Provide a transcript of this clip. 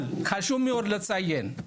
אבל חשוב מאוד לציין,